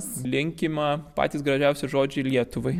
linkima patys gražiausi žodžiai lietuvai